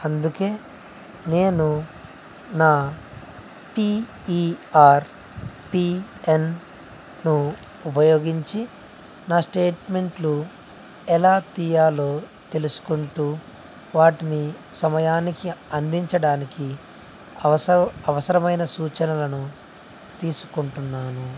అందుకని నేను నా పిఈఆర్ఎన్ను ఉపయోగించి నా స్టేట్మెంట్లు ఎలా తీయాలో తెలుసుకుంటు వాటిని సమయానికి అందించడానికి అవసర అవసరమైన సూచనలను తీసుకుంటున్నాను